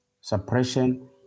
Suppression